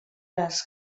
les